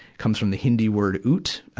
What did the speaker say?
comes from the hindi word oot, ah,